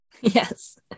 Yes